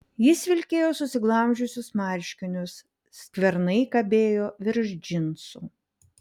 jis vilkėjo susiglamžiusius marškinius skvernai kabėjo virš džinsų